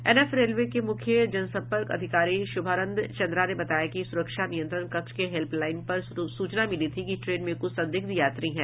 NF railway के मुख्य जनसंपर्क अधिकारी शुभानंद चन्द्रा ने बताया कि सुरक्षा नियंत्रण कक्ष के हेल्पलाईन पर सूचना मिली थी कि ट्रेन में कुछ संदिग्ध यात्री हैं